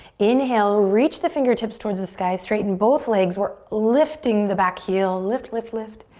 inhale, reach the fingertips towards the sky. straighten both legs. we're lifting the back heel. lift, lift, lift.